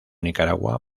nicaragua